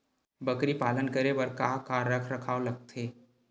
बकरी पालन करे बर काका रख रखाव लगथे?